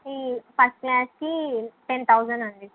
fee first క్లాస్కి ten thousand అండి